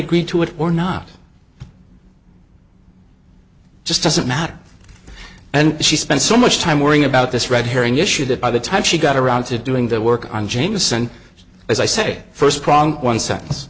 we too it or not just doesn't matter and she spent so much time worrying about this red herring issue that by the time she got around to doing the work on jameson as i say first prong one sentence